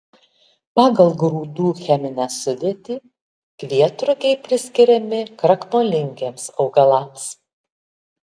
pagal grūdų cheminę sudėtį kvietrugiai priskiriami krakmolingiems augalams